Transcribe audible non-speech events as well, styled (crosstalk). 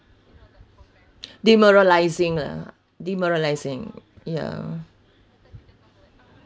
(noise) demoralising lah demoralising ya